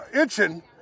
itching